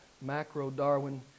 macro-Darwin